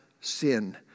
sin